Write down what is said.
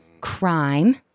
crime